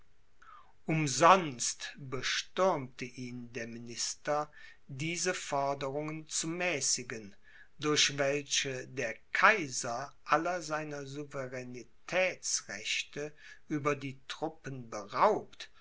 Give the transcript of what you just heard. umsonst bestürmte ihn der minister diese forderungen zu mäßigen durch welche der kaiser aller seiner souveränetätsrechte über die truppen beraubt